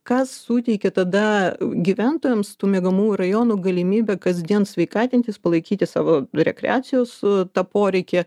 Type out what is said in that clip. kas suteikia tada gyventojams tų miegamųjų rajonų galimybę kasdien sveikatintis palaikyti savo rekreacijos tą poreikį